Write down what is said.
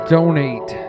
Donate